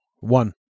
One